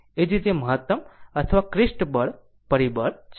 એ જ રીતે મહત્તમ અથવા ક્રેસ્ટ પરિબળ છે